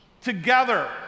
Together